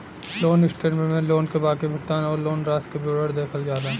loan statement में loan क बाकी भुगतान आउर लोन राशि क विवरण देखल जाला